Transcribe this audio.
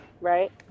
right